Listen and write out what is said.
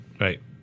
Right